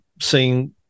seeing